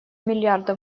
миллиарда